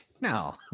No